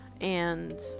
and-